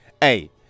hey